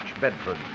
Bedford